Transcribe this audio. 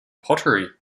pottery